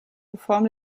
reform